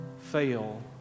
fail